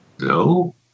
No